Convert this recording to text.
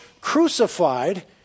crucified